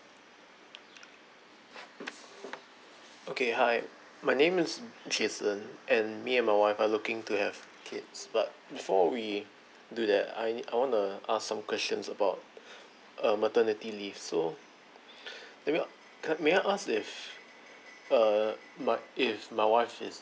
okay hi my name is jason and me and my wife are looking to have kids but before we do that I I wanna ask some questions about uh maternity leave so let me may I ask if uh my if my wife is